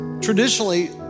traditionally